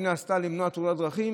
שנעשתה למנוע תאונות דרכים,